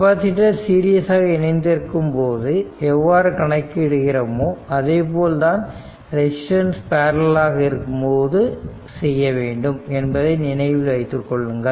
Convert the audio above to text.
capacitor series ஆக இணைந்திருக்கும் போது எவ்வாறு கணக்கிடுகிறோமோ அதே போல் தான் ரெசிஸ்டர் பேரலல் ஆக இருக்கும்போது செய்ய வேண்டும் என்பதை நினைவில் வைத்துக்கொள்ளுங்கள்